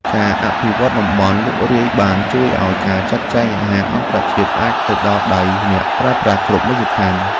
ការអភិវឌ្ឍន៍តំបន់លក់រាយបានជួយឱ្យការចែកចាយអាហារអន្តរជាតិអាចទៅដល់ដៃអ្នកប្រើប្រាស់គ្រប់មជ្ឈដ្ឋាន។